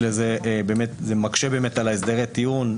מקשה על הסדרי הטיעון.